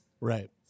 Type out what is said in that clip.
Right